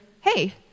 hey